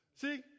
See